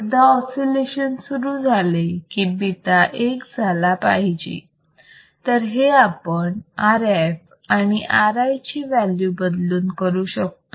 एकदा ऑसिलेशन सुरू झाले की बिटा एक झाला पाहिजे तर हे आपण RF आणि RI ची व्हॅल्यू बदलून करू शकतो